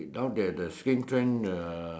now that the skin trend uh